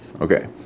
Okay